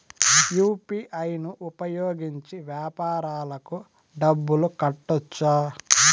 UPI ను ఉపయోగించి వ్యాపారాలకు డబ్బులు కట్టొచ్చా?